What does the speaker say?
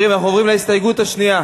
אנחנו עוברים להסתייגות השנייה